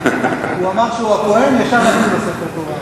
הוא אמר שהוא הכוהן, ישר נתנו לו ספר תורה.